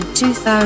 2000